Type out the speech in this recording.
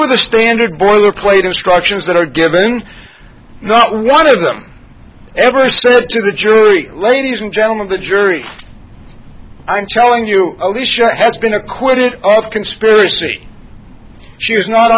were the standard boilerplate instructions that are given not one of them ever said to the jury ladies and gentlemen the jury i'm telling you all this year has been acquitted of conspiracy she was not